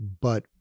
But-